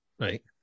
Right